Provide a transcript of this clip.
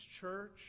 church